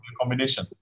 combination